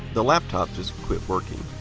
the laptop just quit working.